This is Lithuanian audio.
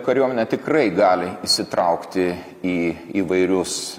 kariuomenė tikrai gali įsitraukti į įvairius